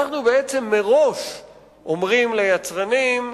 אנחנו בעצם אומרים ליצרנים: